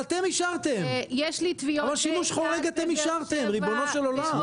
יש לי תביעות --- בבאר שבע,